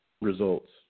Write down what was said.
results